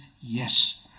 Yes